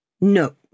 No